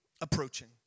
approaching